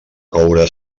coure